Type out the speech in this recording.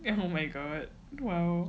eh oh my god